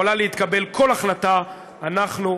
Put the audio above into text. יכולה להתקבל כל החלטה, אנחנו ממשיכים.